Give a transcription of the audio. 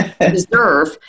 deserve